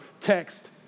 text